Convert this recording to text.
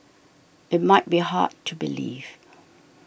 it might be hard to believe